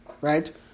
right